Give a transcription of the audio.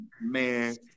man